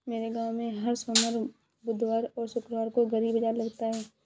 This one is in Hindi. मेरे गांव में हर सोमवार बुधवार और शुक्रवार को गली बाजार लगता है